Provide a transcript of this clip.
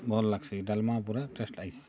ଭଲ୍ ଲାଗ୍ସି ଡାଲ୍ମା ପୁରା ଟେଷ୍ଟ୍ ଲାଗ୍ସି